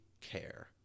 care